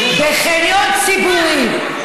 בחניון ציבורי,